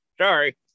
sorry